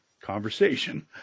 conversation